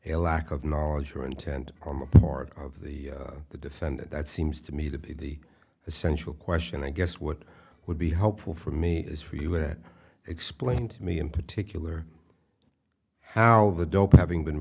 a lack of knowledge or intent on the part of the the defendant that seems to me to be the essential question i guess what would be helpful for me is for you it explained to me in particular how the dope having been